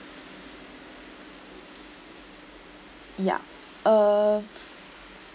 ya uh